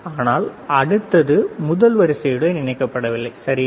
ஆனால் அடுத்தது முதல் வரிசையுடன் இணைக்கப்படவில்லை சரியா